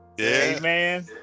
Amen